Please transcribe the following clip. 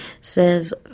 says